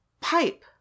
pipe